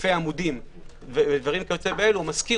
היקפי עמודים ודברים כיוצא באלו - המזכיר